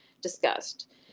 discussed